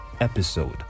episode